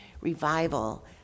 revival